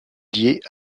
liées